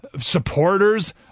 supporters